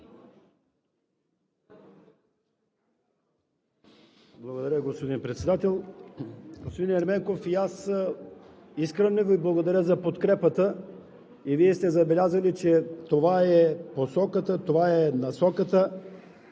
Благодаря, господин Председател. Господин Ерменков, и аз искрено Ви благодаря за подкрепата. Вие сте забелязали, че това е посоката, това е насоката,